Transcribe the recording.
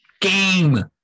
Game